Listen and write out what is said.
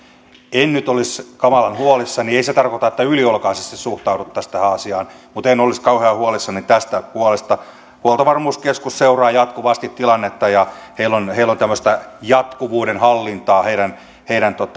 en nyt olisi kamalan huolissani ei se tarkoita että yliolkaisesti suhtauduttaisiin tähän asiaan mutta en olisi kauhean huolissani tästä puolesta huoltovarmuuskeskus seuraa jatkuvasti tilannetta ja heillä on heillä on tämmöistä jatkuvuuden hallintaa